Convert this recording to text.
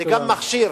תודה.